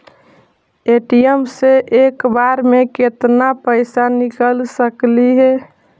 ATM से एक बार मे केत्ना पैसा निकल सकली हे?